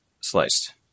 sliced